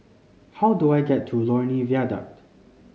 how do I get to Lornie Viaduct